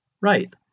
Right